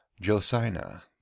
josina